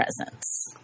presence